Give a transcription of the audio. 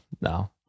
no